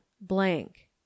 blank